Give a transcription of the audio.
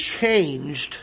changed